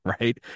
right